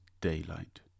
daylight